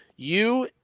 you,